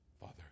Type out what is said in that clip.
Father